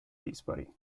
dispari